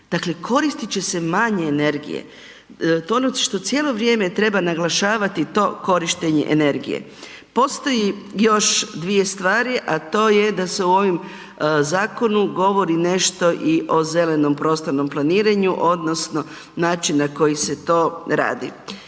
koristiti će se manje energije. To je ono što cijelo vrijeme treba naglašavati to korištenje energije. Postoji još dvije stvari a to je da se u ovom zakonu govori nešto i o zelenom prostornom planiranju odnosno način na koji se to radi.